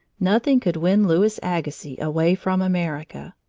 nothing could win louis agassiz away from america.